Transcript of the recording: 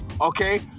Okay